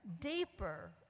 deeper